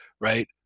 right